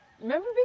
Remember